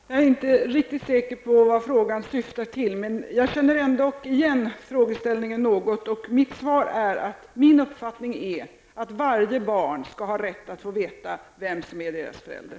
Herr talman! Jag är inte riktigt säker på vad frågan syftar på, men jag känner ändock igen frågeställningen något. Mitt svar är att min uppfattning är att alla barn i Sverige skall ha rätt att få veta vem som är deras förälder.